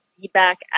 feedback